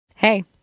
Hey